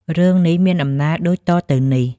រឿងនេះមានដំណាលដូចតទៅនេះ។